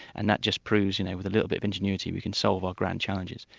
and that just proves you know with a little bit of ingenuity, we can solve our grand challenges.